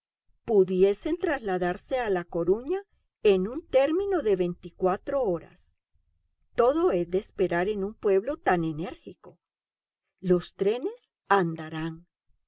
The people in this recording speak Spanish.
pudiesen trasladarse a la coruña en un término de veinticuatro horas todo es de esperar en un pueblo tan enérgico los trenes andarán